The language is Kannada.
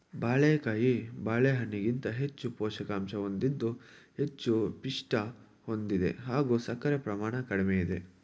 ಬಾಳೆಕಾಯಿ ಬಾಳೆಹಣ್ಣಿಗಿಂತ ಹೆಚ್ಚು ಪೋಷಕಾಂಶ ಹೊಂದಿದ್ದು ಹೆಚ್ಚು ಪಿಷ್ಟ ಹೊಂದಿದೆ ಹಾಗೂ ಸಕ್ಕರೆ ಪ್ರಮಾಣ ಕಡಿಮೆ ಇದೆ